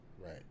Right